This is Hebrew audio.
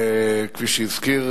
כפי שהזכיר